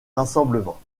rassemblements